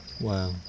Wow